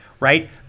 Right